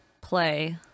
play